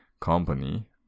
company